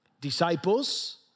disciples